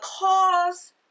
cause